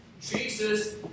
Jesus